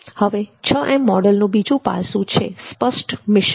હવે 6 મોડલનો બીજું પાસું છે સ્પષ્ટ મિશન